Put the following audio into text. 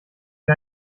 wir